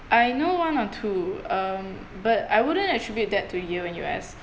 I know one or two um but I wouldn't attribute that to yale N_U_S